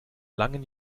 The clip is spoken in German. langen